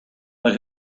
but